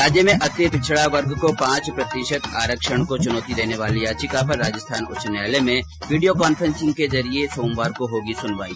राज्य में अति पिछडा वर्ग को पांच प्रतिशत आरक्षण को चुनौती देने वाली याचिका पर राजस्थान उच्च न्यायालय में विडियो कांफ्रेंसिंग के जरिये सोमवार को होगी सुनवाई